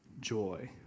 joy